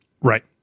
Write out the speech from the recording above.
Right